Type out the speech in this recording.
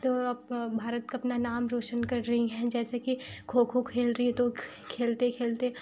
तो अब भारत का अपना नाम रोशन कर रही हैं जैसे कि खो खो खेल रही हैं तो खेलते खेलते